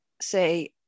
say